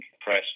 press